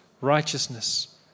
Righteousness